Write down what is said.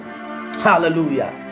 hallelujah